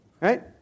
Right